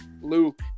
Luke